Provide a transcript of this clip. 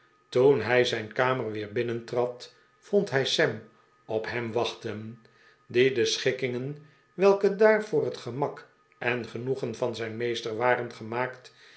toen hij zijn kamer weer binnehtrad vond hij sam op hem wachten die de schikkingen welke daar voor het gemak en genoegen van zijn meester waren gemaakt